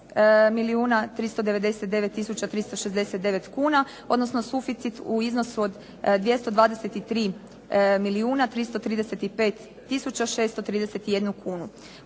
369 kuna, odnosno suficit u iznosu od 223 milijuna